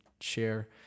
share